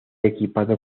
equipado